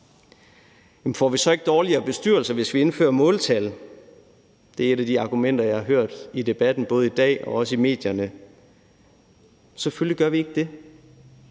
får vi så ikke dårligere bestyrelser, hvis vi indfører måltal? Det er et af de argumenter, jeg har hørt i debatten, både i dag og også i medierne. Selvfølgelig gør vi ikke det.